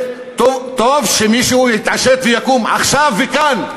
טוב שמישהו יתעשת ויקום עכשיו וכאן,